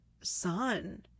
son